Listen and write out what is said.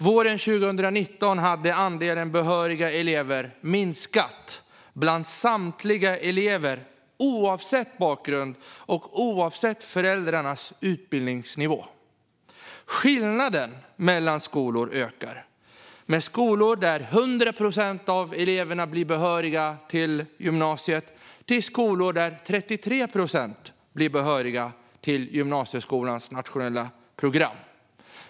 Våren 2019 hade andelen behöriga elever minskat bland samtliga elever, oavsett bakgrund och oavsett föräldrarnas utbildningsnivå. Skillnaden mellan skolor ökar; vi har skolor där 100 procent av eleverna blir behöriga till gymnasiet och skolor där 33 procent blir behöriga till gymnasieskolans nationella program.